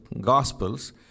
Gospels